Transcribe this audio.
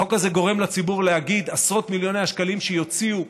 החוק הזה גורם לציבור להגיד: עשרות מיליוני השקלים שיוציאו,